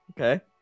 Okay